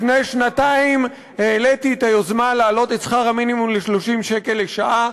לפני שנתיים העליתי את היוזמה להעלות את שכר המינימום ל-30 שקל לשעה,